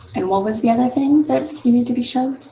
and what was the other thing that you needed to be shown?